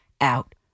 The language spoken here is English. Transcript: out